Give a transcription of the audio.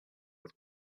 with